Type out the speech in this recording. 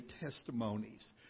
testimonies